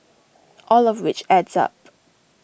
all of which adds up